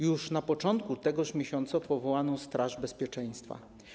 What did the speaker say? Już na początku tegoż miesiąca powołano Straż Bezpieczeństwa.